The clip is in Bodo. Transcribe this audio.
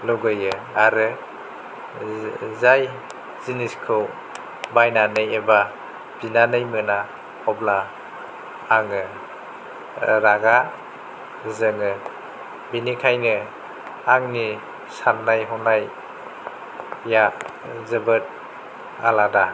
लुगैयो आरो जाय जिनिसखौ बायनानै एबा बिनानै मोना अब्ला आङो रागा जोङो बिनिखायनो आंनि साननाय हनायया जोबोद आलादा